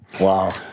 Wow